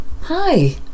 Hi